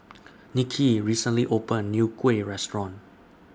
Niki recently opened A New Kuih Restaurant